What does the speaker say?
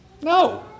No